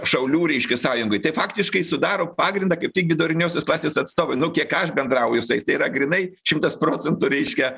šaulių reiškia sąjungoj tai faktiškai sudaro pagrindą kaip tik viduriniosios klasės atstovai nu kiek aš bendrauju su jais tai yra grynai šimtas procentų reiškia